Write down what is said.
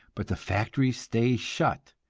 but the factories stay shut,